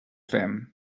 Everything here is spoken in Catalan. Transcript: fem